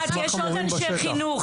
יפעת, יש עוד אנשי חינוך.